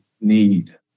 need